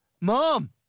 Mom